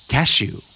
Cashew